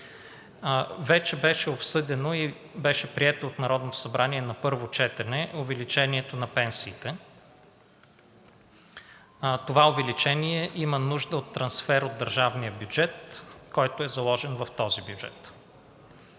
Вече беше обсъдено и беше прието от Народното събрание на първо четене увеличението на пенсиите, това увеличение има нужда от трансфер от държавния бюджет, който е заложен в този бюджет.